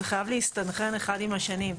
זה חייב להסתנכרן אחד עם השני.